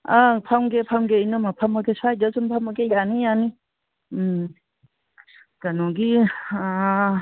ꯑꯥ ꯐꯝꯒꯦ ꯐꯝꯒꯦ ꯏꯅꯝꯃ ꯐꯝꯃꯒꯦ ꯁ꯭ꯋꯥꯏꯗꯁꯨꯝ ꯐꯝꯃꯒꯦ ꯌꯥꯅꯤ ꯌꯥꯅꯤ ꯎꯝ ꯀꯩꯅꯣꯒꯤ